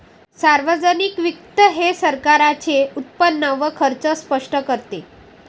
सार्वजनिक वित्त हे सरकारचे उत्पन्न व खर्च स्पष्ट करते